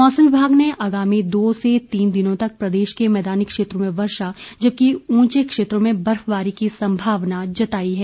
मौसम विभाग ने आगामी दो से तीन दिनों तक प्रदेश के मैदानी क्षेत्रों में वर्षा जबकि ऊचें क्षेत्रों में बर्फबारी की संभावना जताई है